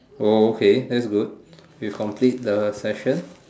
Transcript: oh okay that's good we've complete the session